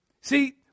See